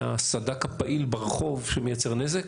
מהסד"כ הפעיל ברחוב שמייצר נזק